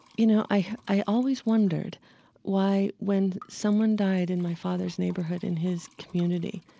you know, i i always wondered why when someone died in my father's neighborhood in his community,